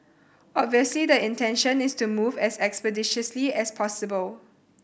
obviously the intention is to move as expeditiously as possible